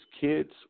kids